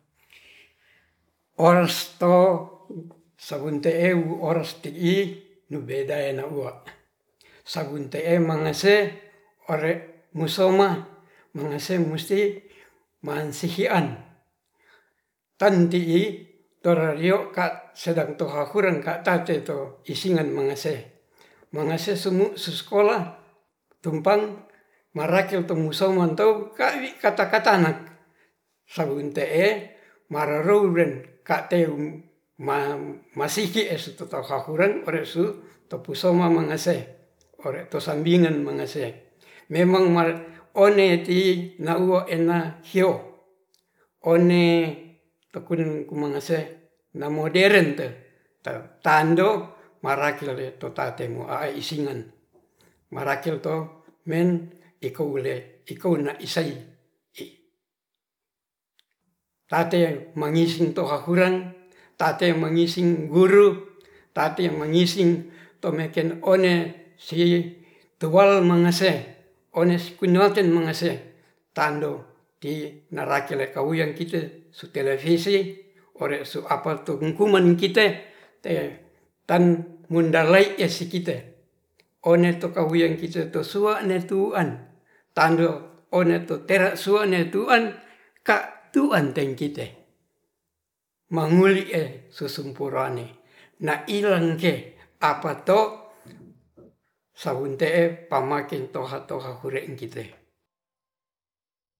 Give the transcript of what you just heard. Ores to sagun te'e ores ti'i nubeda ee naua' sagun te'e mangase ore musoma mangese musti mansihi'an tan ti'i torario ka sedang rohahuren ka ta' tate to isingan mangase magase semu sosokolah tumpang. arakel tumusuman tow ka'wi kata-kata anak sagun te'e mararuren ka'teu ma-masiki tataha huren ore su tepu soma mangase ore to sambingan manase memang mare' one ti na uo ena sio one tokuren ku magase namoderen te tando marakel totatemo ae isingan marakel to men iko ule iko'na isai i tatel mangisin tohahuren tate mangisin guru tate mangisin tomeken one si tual magase one skunoacen magase tando ti narakel le kauyen kite so televisi ore apatu ukuman kite tan mundalain esikite one kauyeng kite to sua ne tuan tando ine tera suan ne tuan ka' tuan neg kite manguli e susung purane na ilanke apato saun te'e pamake toha-toha hure'in kite